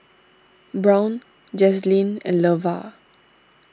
Brown Jazlene and Levar